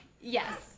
Yes